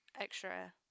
extra